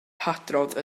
hadrodd